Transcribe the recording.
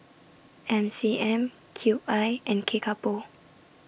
M C M Cube I and Kickapoo